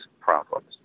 problems